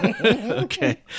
Okay